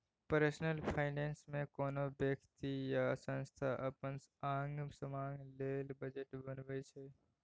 personal finance मे कोनो बेकती या संस्था अपन आंग समांग लेल बजट बनबै छै